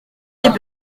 les